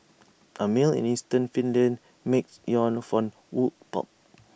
A mill in eastern Finland makes yarn from wood pulp